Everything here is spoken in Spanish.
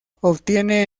obtiene